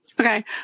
Okay